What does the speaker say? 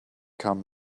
come